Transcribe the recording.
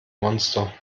monster